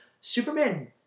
Superman